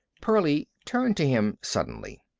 pearlie turned to him suddenly.